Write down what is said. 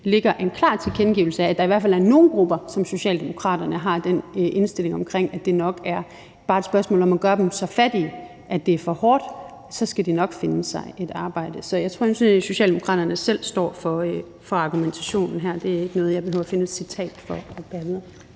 ligger en klar tilkendegivelse af, at der i hvert fald er nogle grupper, som Socialdemokraterne har den indstilling til, nemlig at det nok bare er et spørgsmål om at gøre dem så fattige, at det er for hårdt, for så skal de nok finde sig et arbejde. Så jeg tror, at Socialdemokraterne selv står for argumentationen her. Det er ikke noget, jeg behøver at finde et citat for at mene.